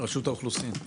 רשות האוכלוסין.